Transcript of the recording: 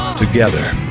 Together